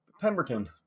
Pemberton